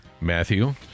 Matthew